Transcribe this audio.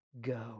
go